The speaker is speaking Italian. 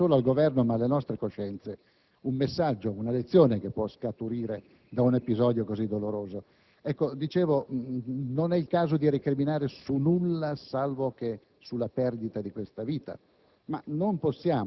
di consegnare non solo al Governo, ma alle nostre coscienze un messaggio, una lezione che può scaturire da un episodio così doloroso. Non è il caso di recriminare su nulla, salvo che sulla perdita di questa vita.